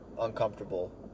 uncomfortable